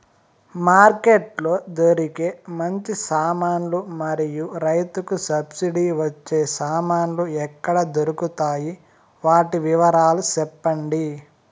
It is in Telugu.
మార్కెట్ లో దొరికే మంచి సామాన్లు మరియు రైతుకు సబ్సిడి వచ్చే సామాన్లు ఎక్కడ దొరుకుతాయి? వాటి వివరాలు సెప్పండి?